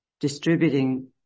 distributing